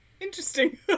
Interesting